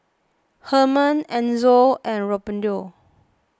Herman Enzo and Randolph